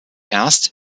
erst